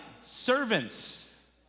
servants